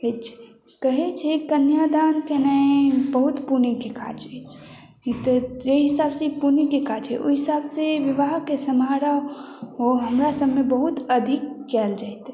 अछि कहैत छै कन्यादान केनाइ बहुत पुण्यके काज अछि तऽ जे हिसाब से पुण्यके काज अछि ओहि हिसाब से विवाहके समारोह हमरा सबमे बहुत अधिक कयल जाइत अछि